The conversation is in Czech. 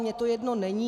Mně to jedno není.